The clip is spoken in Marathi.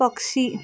पक्षी